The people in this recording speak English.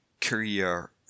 career